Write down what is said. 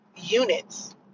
units